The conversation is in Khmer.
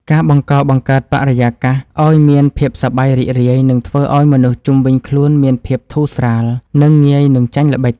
ការបង្កបង្កើតបរិយាកាសឱ្យមានភាពសប្បាយរីករាយនឹងធ្វើឱ្យមនុស្សជុំវិញខ្លួនមានភាពធូរស្រាល និង ងាយនឹងចាញ់ល្បិច។